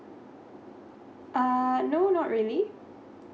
uh no not really